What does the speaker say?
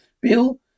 Bill